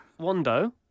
Wando